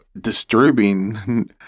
disturbing